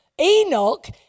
Enoch